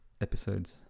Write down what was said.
episodes